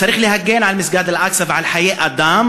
צריך להגן על מסגד אל-אקצא ועל חיי אדם